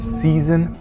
season